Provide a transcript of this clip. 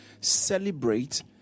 celebrate